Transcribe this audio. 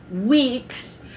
weeks